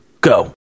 go